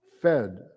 fed